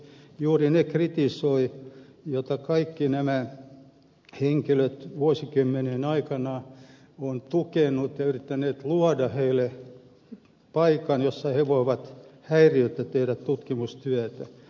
juuri ne kritisoivat joita kaikki aiemmin mainitut henkilöt vuosikymmenien aikana ovat tukeneet ja joille ovat yrittäneet luoda paikan jossa he voivat häiriöttä tehdä tutkimustyötä